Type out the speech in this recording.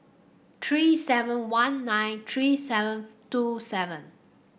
three seven one nine three seven two seven